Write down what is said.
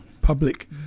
public